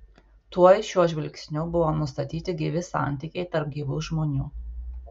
tuoj šiuo žvilgsniu buvo nustatyti gyvi santykiai tarp gyvų žmonių